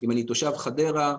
אם אני תושב חדרה,